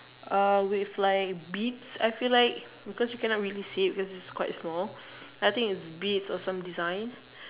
uh with like beads I feel like you because cannot really see because it's quite small I think it's beads or some design